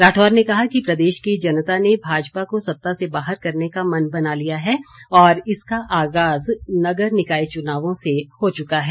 राठौर ने कहा कि प्रदेश की जनता ने भाजपा को सत्ता से बाहर करने का मन बना लिया है और इसका आगाज नगर निकाय चुनावों से हो चुका है